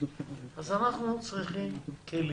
אז אנחנו צריכים כלים.